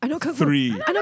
three